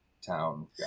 town